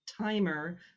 timer